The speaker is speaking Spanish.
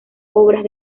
obras